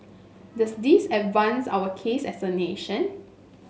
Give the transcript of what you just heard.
does this advance our cause as a nation